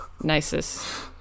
nicest